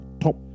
Top